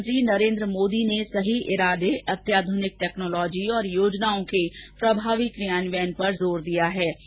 प्रधानमंत्री नरेन्द्र मोदी ने सही इरादे अत्याधुनिक टेक्नोलॉजी और योजनाओं के प्रभावी कार्यान्वयन पर जोर दिया है